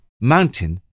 mountain